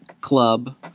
club